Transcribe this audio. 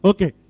Okay